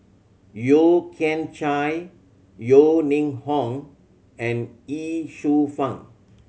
Yeo Kian Chai Yeo Ning Hong and Ye Shufang